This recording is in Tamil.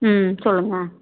ம் சொல்லுங்கள்